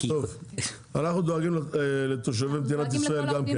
אנחנו דואגים לתושבי מדינת ישראל.